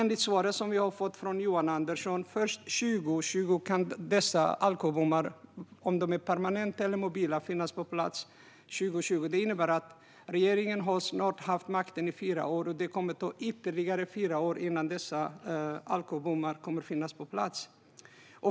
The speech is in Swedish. Enligt svaret som vi har fått från Johan Andersson är det först 2020 som dessa alkobommar, permanenta eller mobila, kommer att finnas på plats. Regeringen har snart haft makten i fyra år, och det kommer alltså att ta ytterligare två år innan dessa alkobommar kommer att finnas på plats.